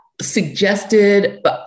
suggested